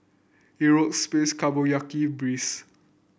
Euro space Breeze